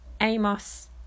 Amos